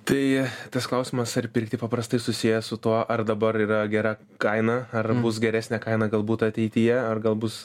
tai tas klausimas ar pirkti paprastai susijęs su tuo ar dabar yra gera kaina ar bus geresnė kaina galbūt ateityje ar galbūt